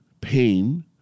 pain